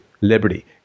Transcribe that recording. liberty